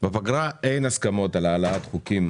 בפגרה אין הסכמות על העלאת חוקים